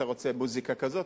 אתה רוצה מוזיקה כזאת,